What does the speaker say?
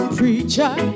preacher